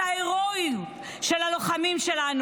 את ההירואיות של הלוחמים שלנו,